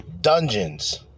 dungeons